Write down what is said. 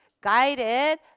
guided